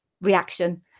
reaction